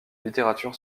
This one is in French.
littérature